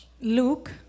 Luke